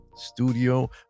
Studio